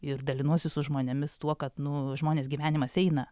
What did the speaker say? ir dalinuosi su žmonėmis tuo kad nu žmonės gyvenimas eina